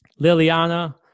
Liliana